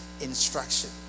instruction